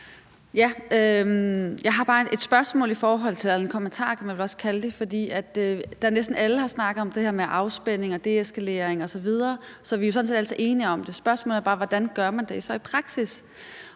Jeg har bare et spørgsmål – eller en kommentar kan man også kalde det – i forhold til, at næsten alle har snakket om det her med afspænding og deeskalering osv. Så vi er jo sådan set alle sammen enige om det. Spørgsmålet er bare: Hvordan gør man det så i praksis?